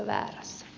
kahteen asiaan